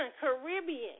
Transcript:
Caribbean